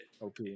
OP